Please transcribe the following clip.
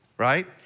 Right